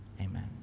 amen